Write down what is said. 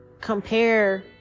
compare